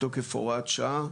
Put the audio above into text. מתוקף הוראת שעה,